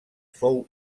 fou